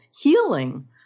healing